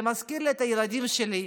זה מזכיר לי את הילדים שלי,